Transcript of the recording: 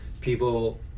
people